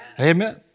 Amen